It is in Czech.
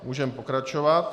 Můžeme pokračovat.